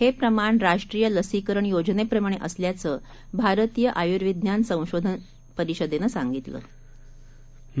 हेप्रमाणराष्ट्रीयलसीकरणयोजनेप्रमाणेअसल्याचंभारतीयआयुर्विज्ञानसंशोधनपरिषदेनंसांगित लं